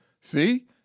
See